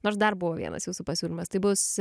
nors dar buvo vienas jūsų pasiūlymas tai bus